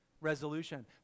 resolution